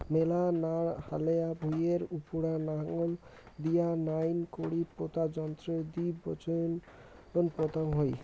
মেলা না হালেয়া ভুঁইয়ের উপুরা নাঙল দিয়া নাইন করি পোতা যন্ত্রর দি বিচোন পোতাং হই